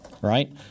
Right